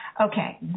Okay